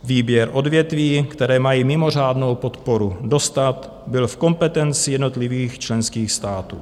Výběr odvětví, která mají mimořádnou podporu dostat, byl v kompetenci jednotlivých členských států.